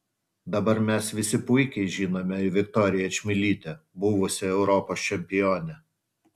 dabar mes visi puikiai žinome viktoriją čmilytę buvusią europos čempionę